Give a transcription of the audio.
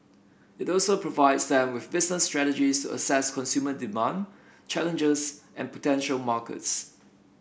it also provides them with business strategies assess consumer demand challenges and potential markets